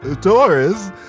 Taurus